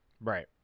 right